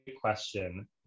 question